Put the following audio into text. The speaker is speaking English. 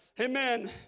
amen